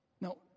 No